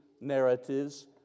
narratives